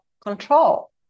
control